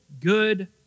good